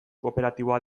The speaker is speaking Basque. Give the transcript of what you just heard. kooperatiboa